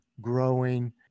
growing